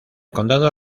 condado